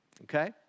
okay